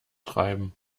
treiben